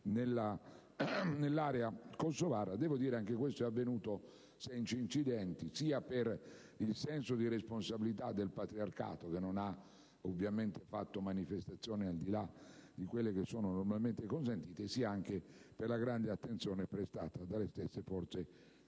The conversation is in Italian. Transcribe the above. nell'area kosovara, ma, anch'esso è avvenuto senza incidenti, sia per il senso di responsabilità del patriarcato, che non ha fatto manifestazioni, al di là di quelle normalmente consentite, sia per la grande attenzione prestata dalle stesse forze